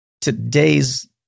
today's